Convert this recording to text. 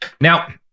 Now